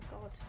God